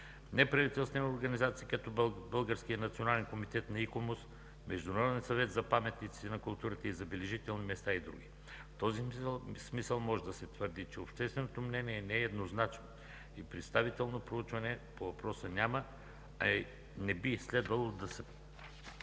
неправителствени организации, като Българския национален комитет на ИКОМОС, Международния съвет за паметниците на културата и забележителните места и други. В този смисъл може да се твърди, че общественото мнение не е еднозначно и представително проучване по въпроса няма, а не би и следвало да се